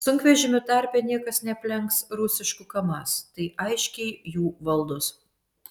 sunkvežimių tarpe niekas neaplenks rusiškų kamaz tai aiškiai jų valdos